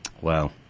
Wow